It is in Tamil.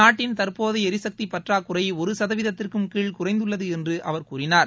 நாட்டின் தற்போதைய எரிசக்தி பற்றாக்குறை ஒரு சதவீதத்திற்கும் கீழ் குறைந்துள்ளது என்று அவர் கூறினார்